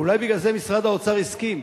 ואולי בגלל זה משרד האוצר הסכים,